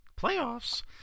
Playoffs